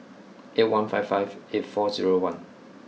eight one five five eight four zero one